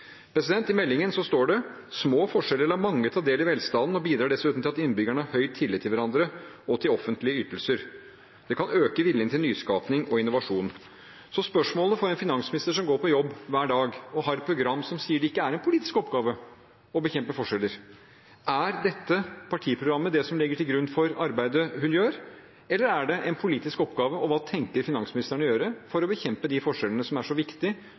I meldingen står det: «Små forskjeller lar mange ta del i velstanden og bidrar dessuten til at innbyggerne har høy tillit både til hverandre og til offentlige myndigheter.» Og videre: «Det kan øke viljen til nyskaping og innovasjon.» Spørsmålet for en finansminister som går på jobb hver dag og har et program som sier det ikke er en politisk oppgave å bekjempe forskjeller, er: Er partiprogrammet det som ligger til grunn for arbeidet hun gjør, eller er det en politisk oppgave? Og hva tenker finansministeren å gjøre for å bekjempe disse forskjellene, som er så viktig